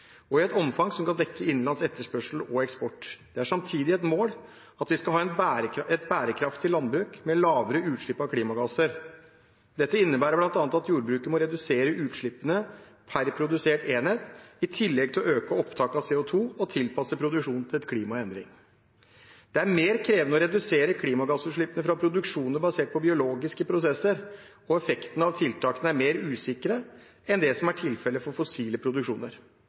og i et omfang som kan dekke innenlands etterspørsel og eksport. Det er samtidig et mål at vi skal ha et bærekraftig landbruk med lavere utslipp av klimagasser. Dette innebærer bl.a. at jordbruket må redusere utslippene per produsert enhet, i tillegg til å øke opptaket av CO 2 og tilpasse produksjonen til et klima i endring. Det er mer krevende å redusere klimagassutslippene fra produksjoner basert på biologiske prosesser, og effektene av tiltakene er mer usikre, enn det som er tilfelle for fossile produksjoner.